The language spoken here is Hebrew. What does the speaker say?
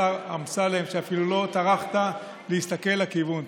השר אמסלם שאפילו לא טרחת להסתכל לכיוון?